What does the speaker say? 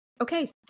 okay